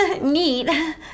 Neat